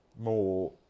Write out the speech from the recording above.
more